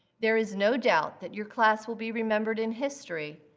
there is no doubt that your class will be remembered in history.